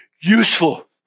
useful